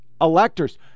electors